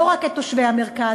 לא רק את תושבי המרכז,